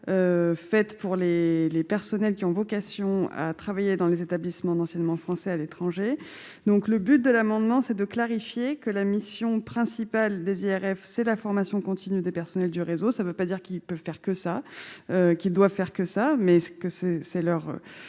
fait pour les personnels qui ont vocation à travailler dans les établissements d'enseignement français à l'étranger, donc le but de l'amendement c'est de clarifier que la mission principale des IRF c'est la formation continue des personnels du réseau, ça ne veut pas dire qu'ils peuvent faire que ça, qui doit faire que ça, mais ce que c'est,